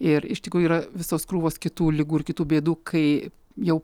ir iš tikrųjų yra visos krūvos kitų ligų ir kitų bėdų kai jau